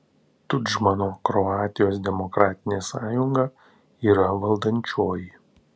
tudžmano kroatijos demokratinė sąjunga yra valdančioji